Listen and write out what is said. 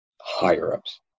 higher-ups